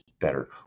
better